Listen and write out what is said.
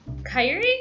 Kyrie